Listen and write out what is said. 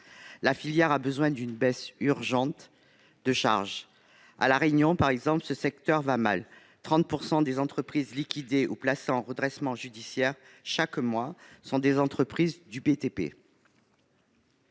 filière a besoin d'une baisse urgente de charges. À La Réunion, par exemple, ce secteur va mal ; quelque 30 % des entreprises liquidées ou placées, chaque mois, en redressement judiciaire sont des entreprises du BTP.